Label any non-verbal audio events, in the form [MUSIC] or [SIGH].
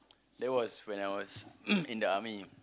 that was when I was [COUGHS] in the army